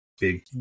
Big